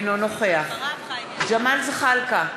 אינו נוכח ג'מאל זחאלקה,